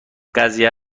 قضیه